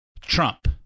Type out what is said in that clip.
Trump